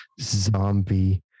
Zombie